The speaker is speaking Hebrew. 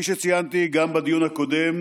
כפי שציינתי גם בדיון הקודם,